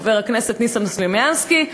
חבר הכנסת ניסן סלומינסקי,